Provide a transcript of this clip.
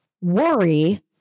worry